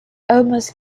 almost